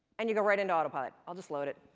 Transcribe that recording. and you go right into autopilot. i'll just load it,